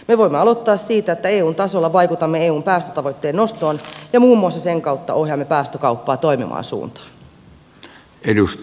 me voimme aloittaa siitä että eun tasolla vaikutamme eun päästötavoitteen nostoon ja muun muassa sen kautta ohjaamme päästökauppaa toimivaan suuntaan